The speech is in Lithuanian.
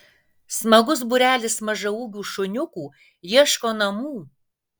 smagus būrelis mažaūgių šuniukų ieško namų